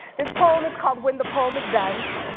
this poem is called when the poem is done.